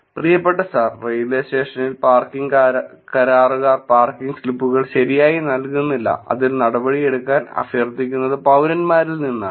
പ്രിയപ്പെട്ട sir railway സ്റ്റേഷനിൽ parking കരാറുകാർ പാർക്കിംഗ് സ്ലിപ്പുകൾ ശരിയായി നൽകുന്നില്ല ഇതിൽ നടപടിയെടുക്കാൻ അഭ്യർത്ഥിക്കുന്നത് പൌരന്മാരിൽ നിന്നാണ്